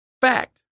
fact